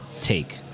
take